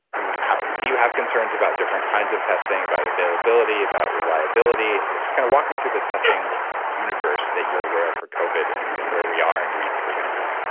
how. do you have concerns about different kinds of testing, about availability, about reliability? just kind of walk me through the testing universe that you're aware of for covid and and where we are and where you think we're going to be